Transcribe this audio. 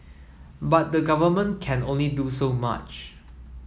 but the Government can only do so much